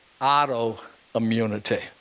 autoimmunity